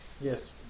Yes